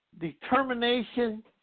determination